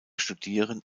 studieren